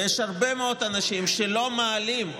ויש הרבה מאוד אנשים שלא מעלים,